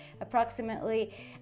approximately